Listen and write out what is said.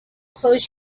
close